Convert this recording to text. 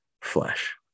flesh